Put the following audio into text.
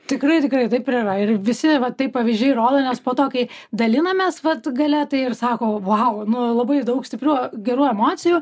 tikrai tikrai taip ir yra ir visi va taip pavyzdžiai rodo nes po to kai dalinamės vat galia tai ir sako vau nu labai daug stiprių gerų emocijų